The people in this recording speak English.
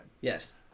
Yes